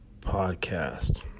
Podcast